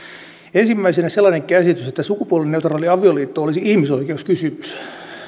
ensimmäisenä sellainen käsitys että sukupuolineutraali avioliitto olisi ihmisoikeuskysymys